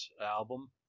album